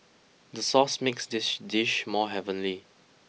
the sauce makes this dish more heavenly